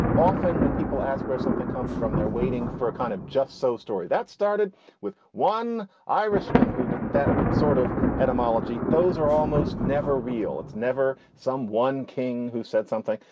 often when people ask where something comes from, they're waiting for a kind of just so story that started with one irishman who did that sort of atom ology. those are almost never real. it's never some one king who said something.